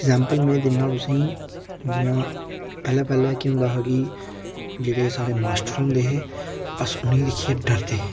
example में दिन्नां तुसेंगी जियां पैह्लें पैह्लें केह् होंदा हा कि जेह्ड़े साढ़े मास्टर होंदे हे अस उ'नेंगी दिक्खियै डरदे हे